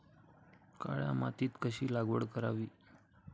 काळ्या मातीत कशाची लागवड करावी?